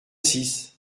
six